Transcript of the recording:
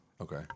Okay